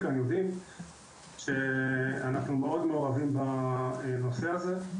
יודעים שאנחנו מאוד מעורבים בנושא הזה,